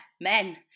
men